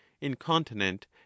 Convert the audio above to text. incontinent